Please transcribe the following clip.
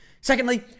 Secondly